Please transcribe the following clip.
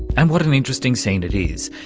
and what an interesting scene it is.